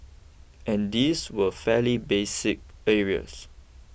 and these were fairly basic areas